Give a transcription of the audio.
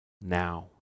now